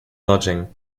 lodging